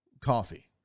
Coffee